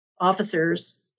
officers